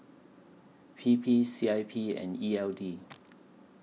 P P C I P and E L D